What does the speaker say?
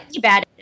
bad